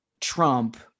Trump